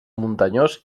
muntanyós